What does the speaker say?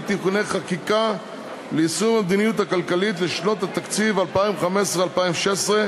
(תיקוני חקיקה ליישום המדיניות הכלכלית לשנות התקציב 2015 ו-2016),